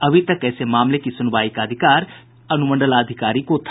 अभी तक ऐसे मामले की सुनवाई का अधिकार अनुमंडलाधिकारी को था